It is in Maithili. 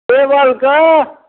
टेबलके